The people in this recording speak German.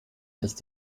ist